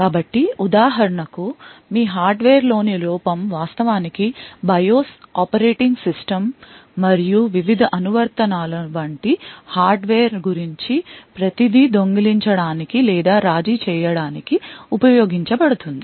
కాబట్టి ఉదాహరణకు మీ హార్డ్వేర్లోని లోపం వాస్తవానికి BIOS ఆపరేటింగ్ సిస్టమ్ మరియు వివిధ అనువర్తనాల వంటి హార్డ్వేర్ గురించి ప్రతి దీ దొంగిలించ డానికి లేదా రాజీ చేయడానికి ఉపయోగించబడుతుంది